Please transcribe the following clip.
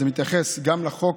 זה מתייחס גם לחוק